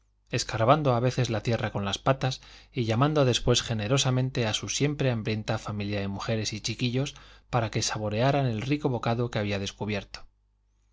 escarbando a veces la tierra con las patas y llamando después generosamente a su siempre hambrienta familia de mujeres y chiquillos para que saborearan el rico bocado que había descubierto